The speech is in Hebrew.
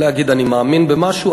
לא להגיד: אני מאמין במשהו,